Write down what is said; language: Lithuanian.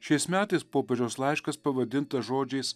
šiais metais popiežiaus laiškas pavadintas žodžiais